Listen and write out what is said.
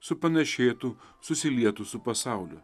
supanašėtų susilietų su pasauliu